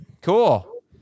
Cool